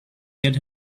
get